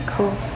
Cool